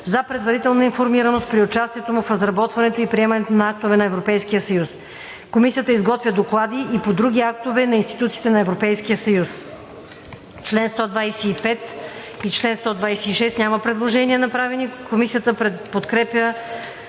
за предварителна информираност при участието му в разработването и приемането на актове на Европейския съюз. Комисията изготвя доклади и по други актове на институциите на Европейския съюз.“ По чл. 125 и 126 няма направени предложения. Комисията подкрепя